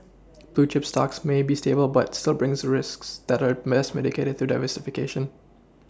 blue chip stocks may be stable but still brings risks that are best mitigated through diversification